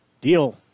Deal